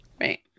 Right